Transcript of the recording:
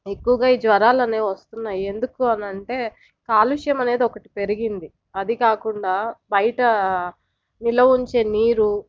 ఎక్కువగా ఈ జ్వరాలు అనేవి వస్తున్నాయి ఎందుకు అనంటే కాలుష్యం అనేది ఒకటి పెరిగింది అది కాకుండా బయట నిలువ ఉంచే నీరు